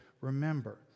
remember